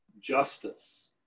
justice